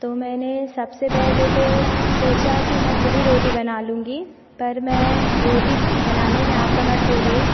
तो मैंने सबसे पहले तो सोचा कि मैं ख़ुद ही रोटी बना लूँगी पर मैं रोटी बनाने में आसमर्थ हो गई